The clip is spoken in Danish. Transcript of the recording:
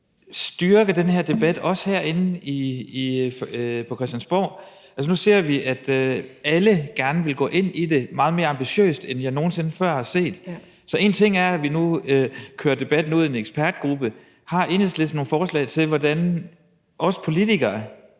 styrke den her debat, også herinde på Christiansborg. Altså, nu ser vi, at alle gerne vil gå ind i det meget mere ambitiøst, end jeg nogen sinde før har set. Så én ting er, at vi nu kører debatten ud i en ekspertgruppe, men har Enhedslisten nogle forslag til, hvordan vi politikere